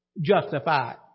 justified